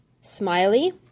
smiley